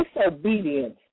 disobedience